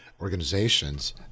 organizations